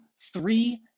three